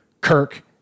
Kirk